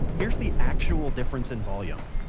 here's the actual difference in volume.